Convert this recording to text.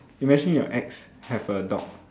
imagine your ex have a dog